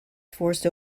forced